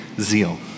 zeal